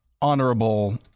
honorable